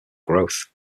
growth